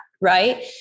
right